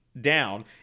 down